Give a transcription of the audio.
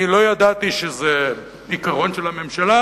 אני לא ידעתי שזה עיקרון של הממשלה,